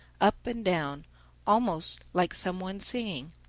up and down almost like some one singing.